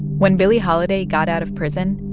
when billie holiday got out of prison,